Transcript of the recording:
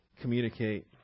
communicate